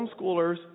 homeschoolers